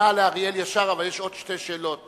השר ענה לאריאל אבל יש עוד שתי שאלות,